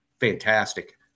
fantastic